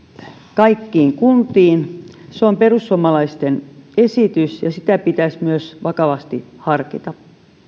kaikkiin kuntiin on perussuomalaisten esitys ja sitä pitäisi myös vakavasti harkita